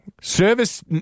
Service